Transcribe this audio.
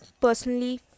personally